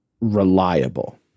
reliable